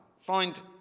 find